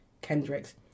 Kendrick's